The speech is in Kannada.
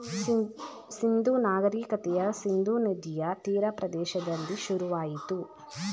ಸಿಂಧೂ ನಾಗರಿಕತೆಯ ಸಿಂಧೂ ನದಿಯ ತೀರ ಪ್ರದೇಶದಲ್ಲಿ ಶುರುವಾಯಿತು